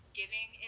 giving